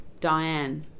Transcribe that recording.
Diane